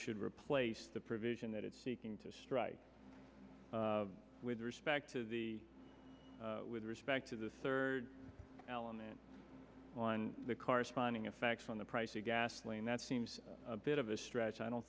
should replace the provision that it seeking to strike with respect to the with respect to the third element on the corresponding effects on the price of gasoline that seems a bit of a stretch i don't